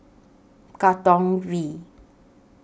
Katong V